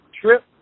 trip